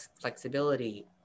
flexibility